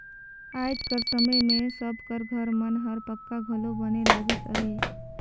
आएज कर समे मे सब कर घर मन हर पक्का घलो बने लगिस अहे